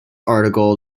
article